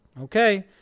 okay